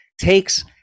takes